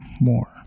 more